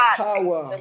power